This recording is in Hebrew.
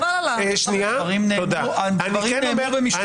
הדברים נאמרו במשפטי הפתיחה של פרקליט המדינה.